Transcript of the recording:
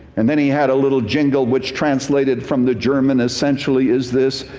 and then he had a little jingle which translated from the german essentially is this,